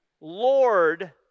Lord